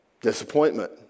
Disappointment